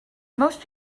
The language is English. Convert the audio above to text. most